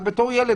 בתור ילד,